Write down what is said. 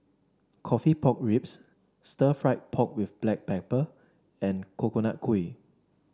coffee Pork Ribs Stir Fried Pork with Black Pepper and Coconut Kuih